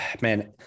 man